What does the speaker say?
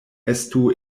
estu